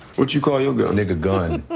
would you call your girl naked gun